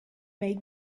may